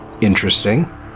Interesting